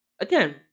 again